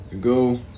go